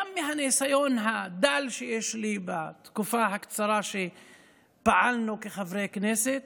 גם מהניסיון הדל שיש לי בתקופה הקצרה שפעלנו כחברי כנסת,